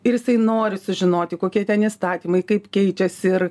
ir jisai nori sužinoti kokie ten įstatymai kaip keičiasi ir